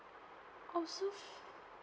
oh so